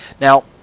Now